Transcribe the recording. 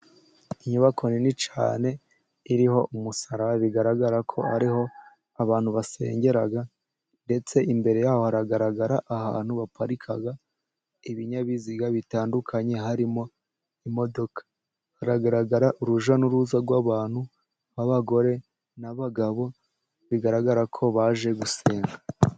Inyubako nini cyane iriho umusaraba. Bigaragara ko ari ho abantu basengera, ndetse imbere yaho hagaragara ahantu haparika ibinyabiziga bitandukanye, harimo imodoka. Haragaragara urujya n'uruza rw'abantu b'abagore n'abagabo, bigaragara ko baje gusenga.